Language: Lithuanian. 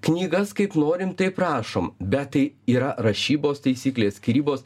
knygas kaip norim taip rašom bet tai yra rašybos taisyklės skyrybos